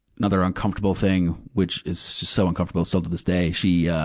another uncomfortable thing, which is just so uncomfortable still to this day, she, yeah